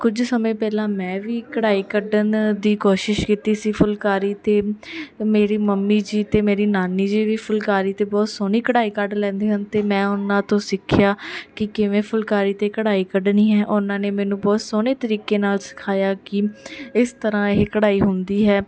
ਕੁਝ ਸਮੇਂ ਪਹਿਲਾਂ ਮੈਂ ਵੀ ਕਢਾਈ ਕੱਢਣ ਦੀ ਕੋਸ਼ਿਸ਼ ਕੀਤੀ ਸੀ ਫੁਲਕਾਰੀ 'ਤੇ ਮੇਰੀ ਮੰਮੀ ਜੀ ਅਤੇ ਮੇਰੀ ਨਾਨੀ ਜੀ ਵੀ ਫੁਲਕਾਰੀ 'ਤੇ ਬਹੁਤ ਸੋਹਣੀ ਕਢਾਈ ਕੱਢ ਲੈਂਦੇ ਹਨ ਅਤੇ ਮੈਂ ਉਹਨਾਂ ਤੋਂ ਸਿੱਖਿਆ ਕਿ ਕਿਵੇਂ ਫੁਲਕਾਰੀ 'ਤੇ ਕਢਾਈ ਕੱਢਣੀ ਹੈ ਉਨ੍ਹਾਂ ਨੇ ਮੈਨੂੰ ਬਹੁਤ ਸੋਹਣੇ ਤਰੀਕੇ ਨਾਲ ਸਿਖਾਇਆ ਕਿ ਇਸ ਤਰ੍ਹਾਂ ਇਹ ਕਢਾਈ ਹੁੰਦੀ ਹੈ